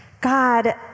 God